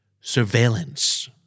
Surveillance